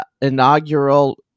inaugural